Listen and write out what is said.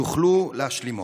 יוכלו להשלימו?